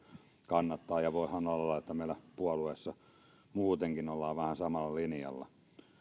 kannattaa ja voihan olla että meillä puolueessa muutenkin ollaan vähän samalla linjalla